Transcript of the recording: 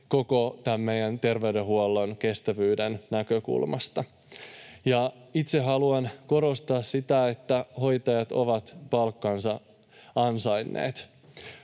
koko meidän terveydenhuollon kestävyyden näkökulmasta. Itse haluan korostaa sitä, että hoitajat ovat palkkansa ansainneet.